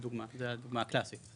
זו הדוגמה הקלאסית,